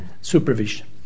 supervision